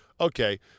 Okay